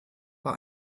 bei